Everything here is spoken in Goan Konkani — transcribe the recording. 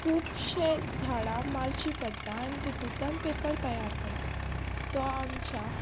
खुबशे झाडां मारचीं पडटा आनी तितुतल्यान पेपर तयार करता तो आमच्या